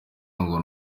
ngo